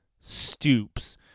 Stoops